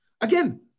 Again